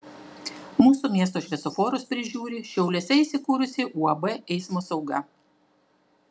mūsų miesto šviesoforus prižiūri šiauliuose įsikūrusi uab eismo sauga